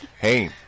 hey